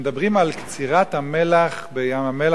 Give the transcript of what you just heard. וכשמדברים על קצירת המלח בים-המלח,